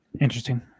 interesting